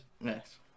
Yes